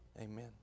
Amen